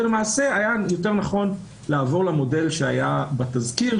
למעשה היה יותר נכון לעבור למודל שהיה בתזכיר,